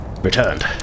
returned